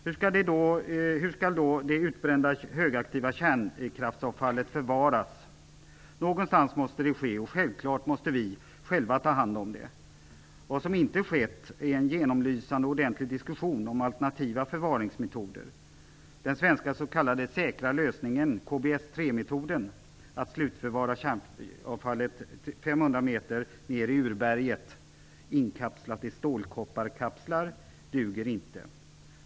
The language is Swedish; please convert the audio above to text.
Hur skall då det utbrända högaktiva kärnkraftsavfallet förvaras? Någonstans måste det ske, och självfallet måste vi själva ta hand om det. Vad som inte skett är en genomlysande ordentlig diskussion om alternativa förvaringsmetoder. Den svenska s.k. säkra lösningen - KBS3-metoden - dvs. att slutförvara kärnavfallet 500 meter ned i urberget inkapslat i stålkopparkapslar, duger inte.